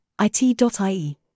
IT.ie